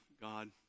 God